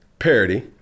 Parody